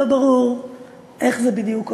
לא ברור איך זה בדיוק עונה.